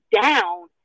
down